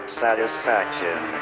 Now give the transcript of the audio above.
satisfaction